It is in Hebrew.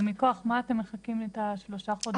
ומכוח מה אתם מחכים את השלושה חודשים האלה.